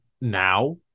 now